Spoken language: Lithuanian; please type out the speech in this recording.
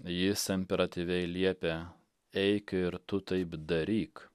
jis imperatyviai liepia eik ir tu taip daryk